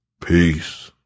Peace